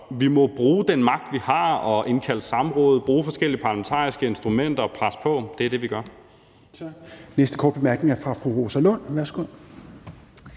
vi må bruge den magt, vi har, og indkalde til samråd, bruge forskellige parlamentariske instrumenter og presse på – det er det, vi gør.